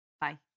Bye